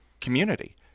community